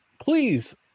please